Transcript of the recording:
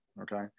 okay